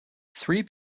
three